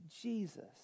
Jesus